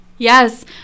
Yes